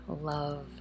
love